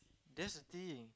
that's the thing